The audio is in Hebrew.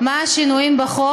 מה השינויים בחוק.